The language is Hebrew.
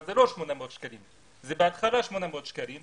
אבל זה בהתחלה 800 שקלים.